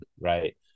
Right